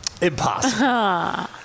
Impossible